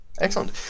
excellent